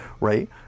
right